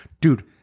Dude